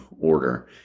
order